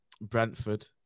Brentford